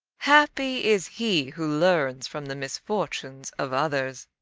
happy is he who learns from the misfortunes of others.